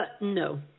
No